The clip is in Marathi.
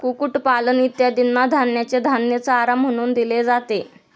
कुक्कुटपालन इत्यादींना धान्याचे धान्य चारा म्हणून दिले जाते